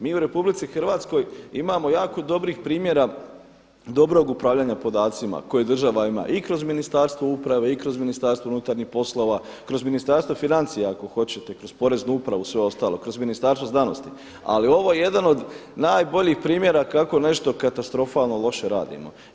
Mi u RH imamo jako dobrih primjera dobrog upravljanja podacima koje država ima i kroz Ministarstvo uprave, i kroz MUP, kroz Ministarstvo financija ako hoćete kroz Poreznu upravu sve ostalo, kroz Ministarstvo znanosti, ali ovo je jedan od najboljih primjera kako nešto katastrofalno loše radimo.